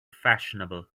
fashionable